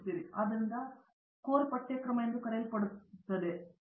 ಆದ್ದರಿಂದ ನಾವು ಕೋರ್ ಪಠ್ಯಕ್ರಮ ಎಂದು ಕರೆಯಲ್ಪಡುತ್ತೇವೆ